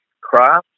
craft